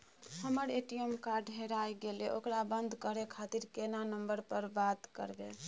हमर ATM card हेराय गेले ओकरा बंद करे खातिर केना नंबर पर बात करबे?